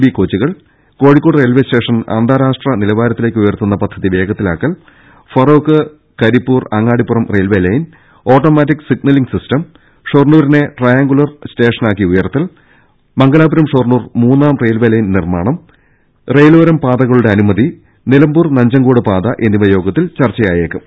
B കോച്ചുകൾ Kozhikode railway station അന്താരാഷ്ട നിലവാരത്തിലേക്കുയർത്തുന്ന പ്പദ്ധതി വേഗത്തിലാക്കൽ Feroke Karipur Angadipuram railway line automatic signalling സിസ്റ്റംഷൊർണ്ണൂരിനെ ട്രയാങ്കുലാർ സ്റ്റേഷനാക്കി ഉയർത്തൽ മംഗലാപുരം ഷോർണ്ണൂർ മൂന്നാം റെയിൽവേ ലൈൻ നിർമ്മാണം റെയിലോരം പാതകളുടെ അനുമതി നിലമ്പൂർണ്ടണ്ടനഞ്ചങ്കോട് പാത എന്നിവ യോഗത്തിൽ ചർച്ചയായേക്കും